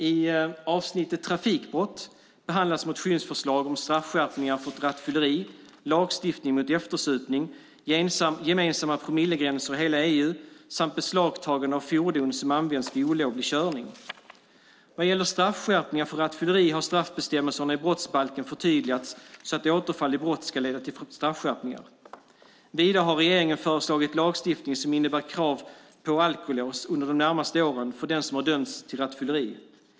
I avsnittet trafikbrott behandlas motionsförslag om straffskärpningar för rattfylleri, lagstiftning mot eftersupning, gemensamma promillegränser i hela EU samt beslagtagande av fordon som använts vid olovlig körning. Vad gäller straffskärpningar för rattfylleri har straffbestämmelserna i brottsbalken förtydligats så att återfall i brott ska leda till straffskärpningar. Vidare har regeringen föreslagit lagstiftning som innebär krav på alkolås under de närmaste åren för den som dömts för rattfylleri.